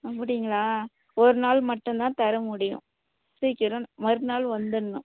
அப்படிங்களா ஒரு நாள் மட்டும் தான் தர முடியும் சீக்கிரம் மறுநாள் வந்துடணும்